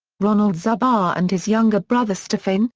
ronald zubar and his younger brother stephane,